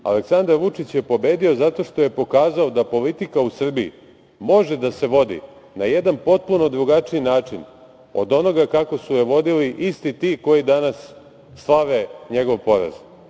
Aleksandar Vučić je pobedio zato što je pokazao da politika u Srbiji može da se vodi na jedan potpuno drugačiji način od onoga kako su je vodili isti ti koji danas slave njegov poraz.